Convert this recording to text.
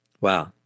Wow